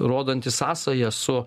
rodanti sąsają su